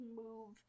move